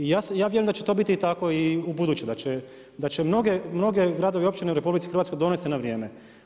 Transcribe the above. I ja vjerujem da će to biti tako i u buduće, da će mnogi gradovi i općine u RH donesti na vrijeme.